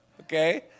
Okay